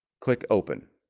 click open